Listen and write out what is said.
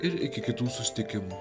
ir iki kitų susitikimų